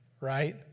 right